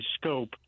scope